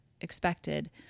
expected